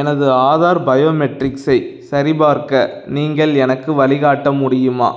எனது ஆதார் பயோமெட்ரிக்ஸை சரிபார்க்க நீங்கள் எனக்கு வழிகாட்ட முடியுமா